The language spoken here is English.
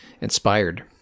inspired